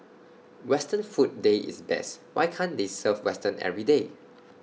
western food day is best why can't they serve western everyday